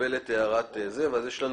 יש לנו